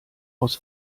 aus